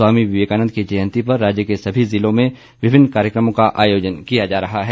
स्वामी विवेकानंद की जयंती पर राज्य के सभी जिलों में विभिन्न कार्यक्रमों का आयोजन किया जा रहा है